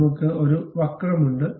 അതിനാൽ നമ്മൾക്ക് ഒരു വക്രമുണ്ട്